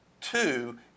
Two